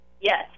yes